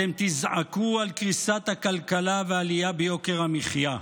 אתם תזעקו על קריסת הכלכלה ועלייה ביוקר המחיה.